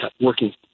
working